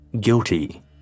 Guilty